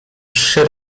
trzy